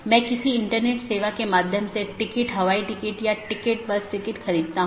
संदेश भेजे जाने के बाद BGP ट्रांसपोर्ट कनेक्शन बंद हो जाता है